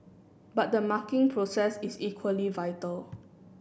but the marking process is equally vital